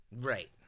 Right